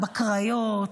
הקריות,